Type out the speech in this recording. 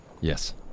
Yes